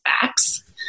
facts